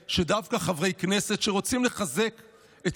יהיה שדווקא חברי כנסת שרוצים לחזק את